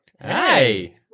Hey